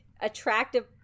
attractive